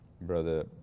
Brother